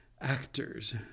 actors